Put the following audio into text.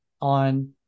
on